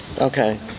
Okay